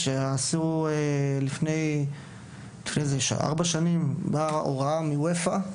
לפני ארבע שנים באה הוראה מ-UEFA,